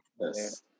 Yes